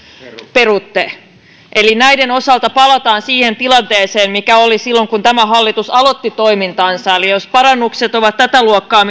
perutte eli näiden osalta palataan siihen tilanteeseen mikä oli silloin kun tämä hallitus aloitti toimintansa jos parannukset joita te hehkutatte ovat tätä luokkaa